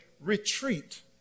retreat